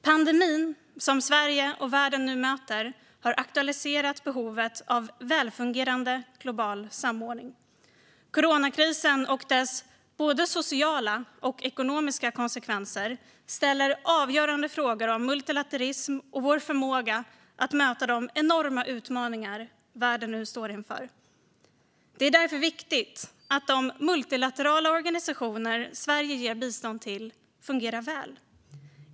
Pandemin som Sverige och världen nu möter har aktualiserat behovet av välfungerande global samordning. Coronakrisen och dess både sociala och ekonomiska konsekvenser leder till att vi måste ställa avgörande frågor om multilaterism och vår förmåga att möta de enorma utmaningar som världen nu står inför. Det är därför viktigt att de multilaterala organisationer som Sverige ger bistånd till fungerar väl.